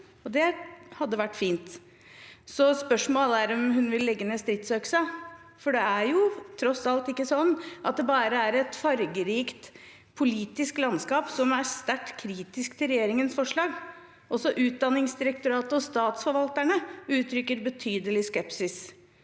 Det hadde vært fint. Spørsmålet er om hun vil legge ned stridsøksen, for det er tross alt ikke sånn at det bare er et fargerikt politisk landskap som er sterkt kritisk til regjeringens forslag – også Utdanningsdirektoratet og statsforvalterne uttrykker betydelig skepsis.